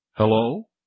Hello